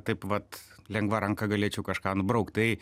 taip vat lengva ranka galėčiau kažką nubraukt tai